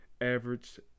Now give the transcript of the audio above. Average